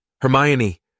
Hermione